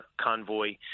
convoy